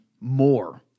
more